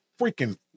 freaking